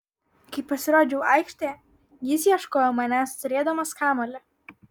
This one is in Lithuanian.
kai pasirodžiau aikštėje jis ieškojo manęs turėdamas kamuolį